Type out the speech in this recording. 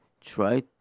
Try